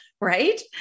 right